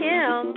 Kim